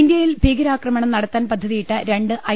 ഇന്ത്യയിൽ ഭീകരാക്രമണം നടത്താൻ പദ്ധതിയിട്ട രണ്ട് ഐ